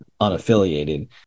unaffiliated